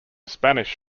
spanish